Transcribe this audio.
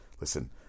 Listen